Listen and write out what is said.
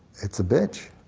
it's a bitch,